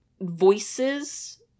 voices